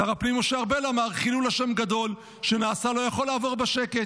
שר הפנים משה ארבל אמר: "חילול השם הגדול שנעשה לא יכול לעבור בשקט,